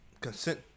consent